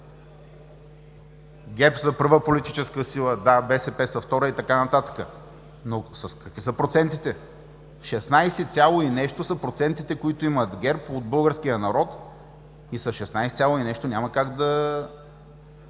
ГЕРБ са първа политическа сила, да, БСП са втора и така нататък. Но какви са процентите? Шестнадесет цяло и нещо са процентите, които имат ГЕРБ от българския народ, и с шестнадесет цяло и нещо няма как да